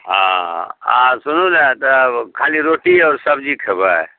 हँ आ सुनू ने तब खाली रोटी आओर सबजी खयबै